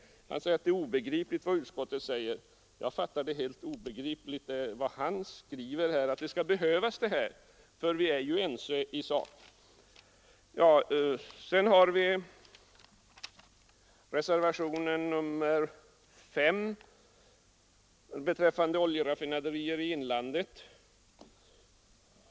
Han säger att det är obegripligt vad utskottet säger. För mig är det helt obegripligt vad han här menar, för vi är ju ense i sak. Reservationen 5 gäller oljeraffinaderi i inlandet.